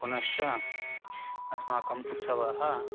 पुनश्च अस्माकम् उत्सवाः